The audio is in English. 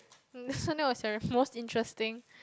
mm so that was your most interesting